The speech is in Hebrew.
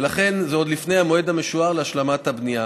וזה עוד לפני המועד המשוער להשלמת הבנייה.